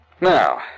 Now